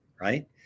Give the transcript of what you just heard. right